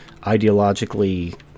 ideologically